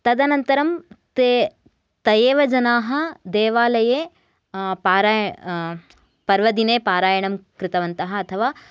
तदनन्तरं ते तयेव जनाः देवालये पाराय् पर्वदिने पारायणं कृतवन्तः अथवा